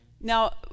Now